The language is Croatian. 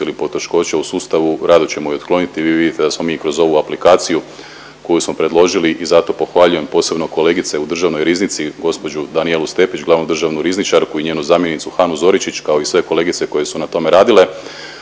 ili poteškoća u sustavu rado ćemo je otkloniti. Vi vidite da smo mi i kroz ovu aplikaciju koju smo predložili i zato pohvaljujem posebno kolegice u Državnoj riznici gospođu Danijelu Stepić, glavnu državnu rizničarku i njenu zamjenicu Hanu Zoričić kao i sve kolegice koje su na tome radile